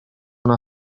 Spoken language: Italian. una